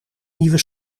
nieuwe